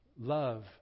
love